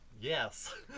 Yes